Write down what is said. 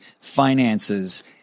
finances